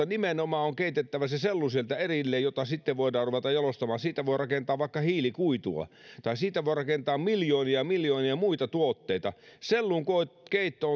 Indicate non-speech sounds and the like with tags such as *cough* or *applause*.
*unintelligible* nimenomaan keitettävä sieltä kuitupuusta erilleen ja sitä sitten voidaan ruveta jalostamaan siitä voi rakentaa vaikka hiilikuitua tai siitä voi rakentaa miljoonia miljoonia muita tuotteita sellunkeitto *unintelligible*